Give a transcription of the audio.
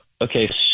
okay